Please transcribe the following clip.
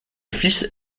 fils